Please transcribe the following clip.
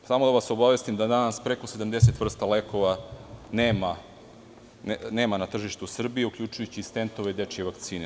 Samo da vas obavestim da je danas preko 70 vrsta lekova nema na tržištu Srbije, uključujući stentove i dečije vakcine.